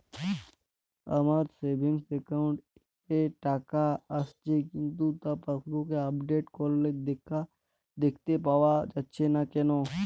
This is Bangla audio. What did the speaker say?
আমার সেভিংস একাউন্ট এ টাকা আসছে কিন্তু তা পাসবুক আপডেট করলে দেখতে পাওয়া যাচ্ছে না কেন?